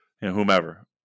whomever